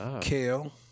kale